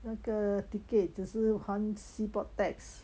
那个 ticket 只是还 seaport tax